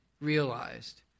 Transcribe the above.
realized